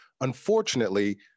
Unfortunately